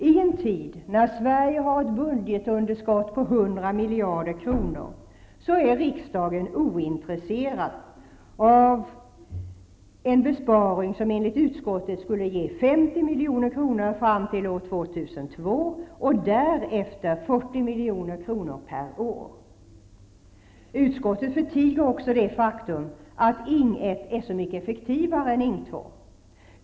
I en tid då Sverige har ett budgetunderskott på 100 miljarder kronor, är riksdagen ointresserad av en besparing som enligt utskottet skulle ge 50 milj.kr. fram till år 2002 Utskottet förtiger också det faktum att Ing 1 är så mycket effektivare än Ing 2.